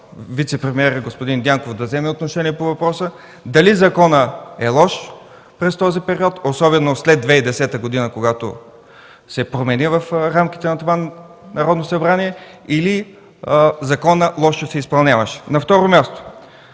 вицепремиерът господин Дянков да вземе отношение по въпроса дали през този период законът е лош, особено след 2010 г., когато се промени в рамките на това Народно събрание, или законът лошо се изпълняваше? На второ място,